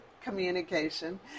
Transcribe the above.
communication